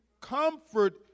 comfort